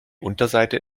unterseite